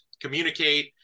communicate